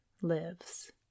lives